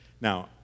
Now